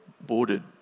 boarded